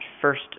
first